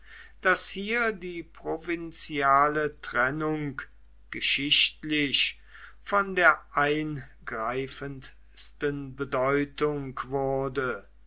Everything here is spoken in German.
daß hier die provinziale trennung geschichtlich von der eingreifendsten bedeutung wurde